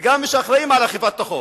וגם מי שאחראים לאכיפת החוק.